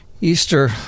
Easter